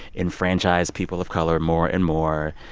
enfranchise people of color more and more.